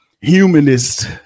humanist